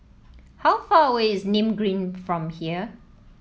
how far away is Nim Green from here